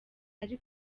ari